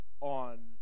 on